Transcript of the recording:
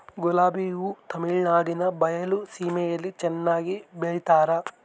ಗುಲಾಬಿ ಹೂ ತಮಿಳುನಾಡಿನ ಬಯಲು ಸೀಮೆಯಲ್ಲಿ ಚೆನ್ನಾಗಿ ಬೆಳಿತಾರ